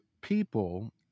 people